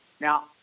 Now